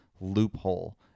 loophole